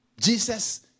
Jesus